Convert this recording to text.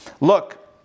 Look